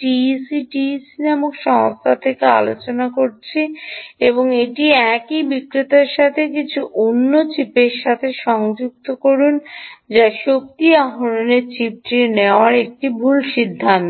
TEC TEC নামক এই সংস্থা থেকে আলোচনা করছি এবং এটি একই বিক্রেতার সাথে কিছু অন্য চিপের সাথে সংযুক্ত করুন যা শক্তি আহরণের চিপও একটি ভুল সিদ্ধান্ত